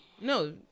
No